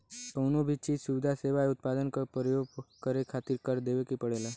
कउनो भी चीज, सुविधा, सेवा या उत्पाद क परयोग करे खातिर कर देवे के पड़ेला